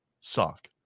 sock